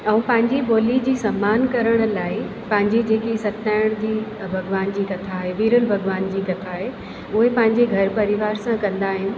ऐं पंहिंजी ॿोली जी सम्मान करण लाइ पंहिंजी जेकी सतनारायण जी त भॻवान जी कथा आहे वीरल भॻवान जी कथा आहे उहे पंहिंजे घर परिवार सां कंदा आहिनि